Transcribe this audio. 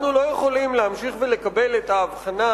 אנחנו לא יכולים להמשיך ולקבל את ההבחנה